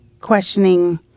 questioning